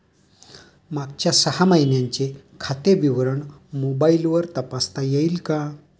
मागच्या सहा महिन्यांचे खाते विवरण मोबाइलवर तपासता येईल का?